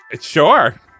Sure